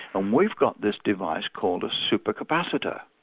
and we've got this device called a super-capacitor.